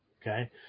Okay